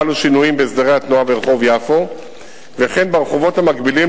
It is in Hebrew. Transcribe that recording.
חלו שינויים בהסדרי התנועה ברחוב יפו וכן ברחובות המקבילים,